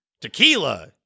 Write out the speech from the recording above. tequila